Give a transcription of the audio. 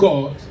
God